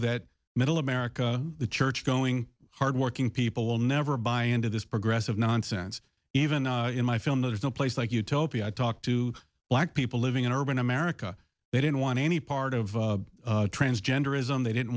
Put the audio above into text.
that middle america the churchgoing hard working people will never buy into this progressive nonsense even in my film there's no place like utopia i talked to black people living in urban america they didn't want any part of transgenderism they didn't